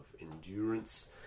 endurance